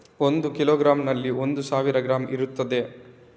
ಒಂದು ಕಿಲೋಗ್ರಾಂನಲ್ಲಿ ಒಂದು ಸಾವಿರ ಗ್ರಾಂ ಇರ್ತದೆ